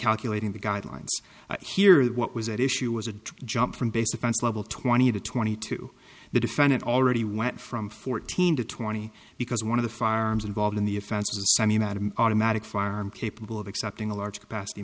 calculating the guidelines here that what was at issue was a jump from base offense level twenty to twenty two the defendant already went from fourteen to twenty because one of the firearms involved in the offenses automatic firearm capable of accepting a large capacity